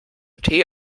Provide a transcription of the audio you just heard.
tee